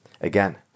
again